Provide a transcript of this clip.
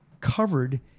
covered